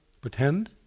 pretend